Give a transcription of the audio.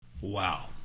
Wow